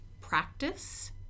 practice